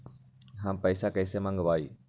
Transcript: हम पैसा कईसे मंगवाई?